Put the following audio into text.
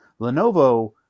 Lenovo